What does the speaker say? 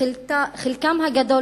חלקם הגדול